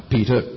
Peter